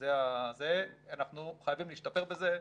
אנחנו חייבים להשתפר בזה,